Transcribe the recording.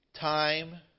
time